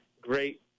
great